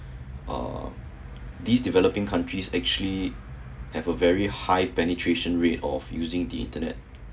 uh these developing countries actually have a very high penetration rate of using the internet